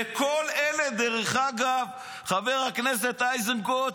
וכל אלה, דרך אגב, חבר הכנסת איזנקוט,